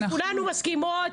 כולנו מסכימות,